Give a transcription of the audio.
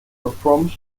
performs